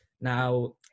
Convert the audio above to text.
Now